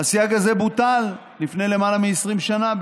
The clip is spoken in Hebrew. הסייג הזה בוטל לפני למעלה מ-20 שנה,